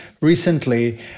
recently